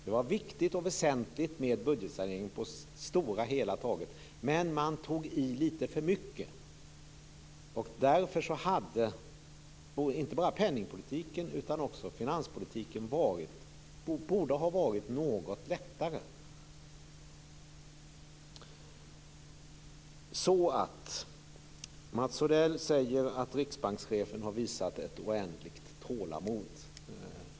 Det var viktigt och väsentligt med en budgetsanering på det hela taget, men man tog i lite för mycket. Därför borde inte bara penningpolitiken utan också finanspolitiken ha varit något lättare. Mats Odell säger att riksbankschefen har visat ett oändligt tålamod.